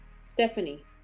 Stephanie